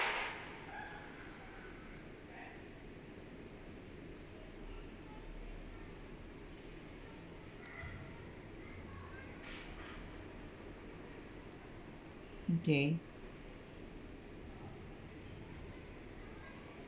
okay